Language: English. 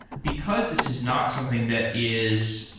because this is not something that is,